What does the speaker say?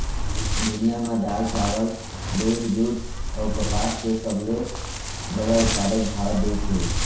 दुनिया में दाल, चावल, दूध, जूट अऊ कपास के सबले बड़ा उत्पादक भारत देश हे